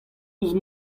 ouzh